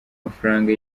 mafaranga